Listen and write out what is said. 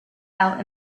out